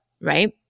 right